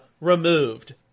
removed